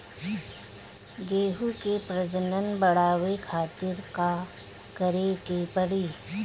गेहूं के प्रजनन बढ़ावे खातिर का करे के पड़ी?